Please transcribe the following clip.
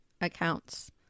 accounts